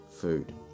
food